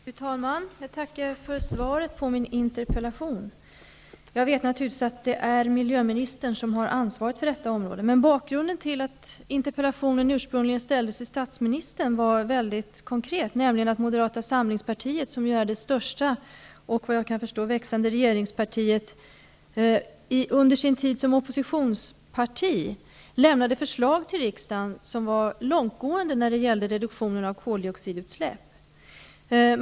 Fru talman! Jag tackar för svaret på min interpellation. Naturligtvis vet jag att det är miljöministern som har ansvaret för detta område. Men bakgrunden till att interpellationen ursprungligen framställdes till statsministern var det konkreta faktum att Moderata samlingspartiet, som ju är det största och såvitt jag förstår det växande regeringspartiet, under sin tid som oppositionsparti avlämnade förslag till riksdagen som var långtgående när det gällde reduktionen av koldioxidutsläppen.